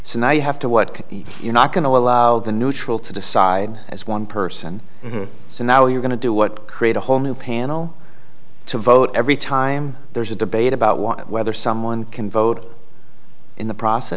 so now you have to what you're not going to allow the neutral to decide as one person so now you're going to do what create a whole new panel to vote every time there's a debate about want whether someone can vote in the process